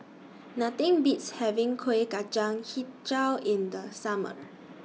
Nothing Beats having Kuih Kacang Hijau in The Summer